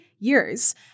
years